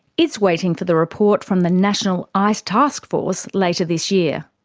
it's waiting for the report from the national ice taskforce later this year.